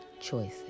choices